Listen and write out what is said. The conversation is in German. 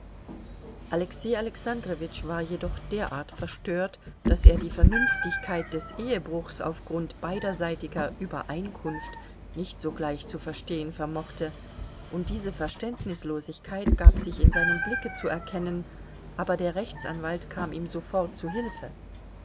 alexei alexandrowitsch war jedoch derart verstört daß er die vernünftigkeit des ehebruchs auf grund beiderseitiger übereinkunft nicht sogleich zu verstehen vermochte und diese verständnislosigkeit gab sich in seinem blicke zu erkennen aber der rechtsanwalt kam ihm sofort zu hilfe